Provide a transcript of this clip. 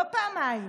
לא פעמיים,